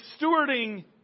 stewarding